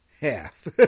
Half